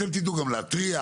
אתם תדעו גם להתריע.